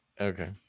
okay